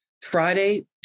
friday